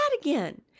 again